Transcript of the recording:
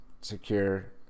secure